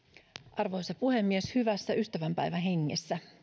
arvoisa puhemies hyvässä ystävänpäivän hengessä